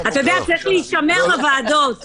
צריך להישמר בוועדות.